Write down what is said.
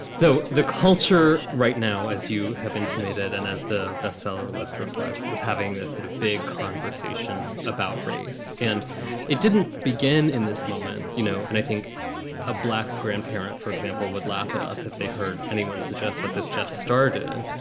so the culture right now, as you have intimated and as the bestseller list reflects, is having this sort of big conversation about race. and it didn't begin in this moment, you know. and i think a black grandparent, for example, would laugh at us if they heard anyone suggest that this just started.